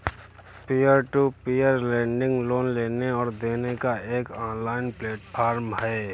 peer to peer lending loan लेने और देने का एक ऑनलाइन प्लेटफ़ॉर्म है